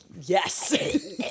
yes